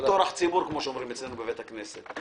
טורח הציבור, כפי שאומרים אצלנו בבית הכנסת.